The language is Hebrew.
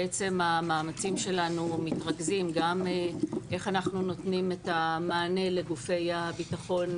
בעצם המאמצים שלנו מתרכזים גם איך אנחנו נותנים את המענה לגופי הביטחון,